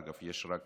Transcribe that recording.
אגב, יש רק